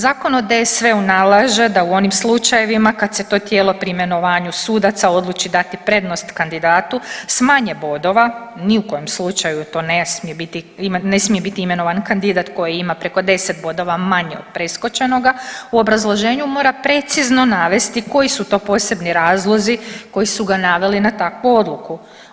Zakon o DSV-u naleže da u onim slučajevima kad se to tijelo pri imenovanju sudaca odluči dati prednost kandidatu s manje bodova ni u kojem slučaju to ne smije biti imenovan kandidat koji ima preko 10 bodova manje od preskočenoga u obrazloženju mora precizno navesti koji su to posebni razlozi koji su ga naveli na takvu odluku.